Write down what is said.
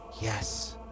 Yes